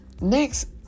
Next